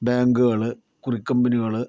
ബാങ്കുകള് കുറി കമ്പനികള്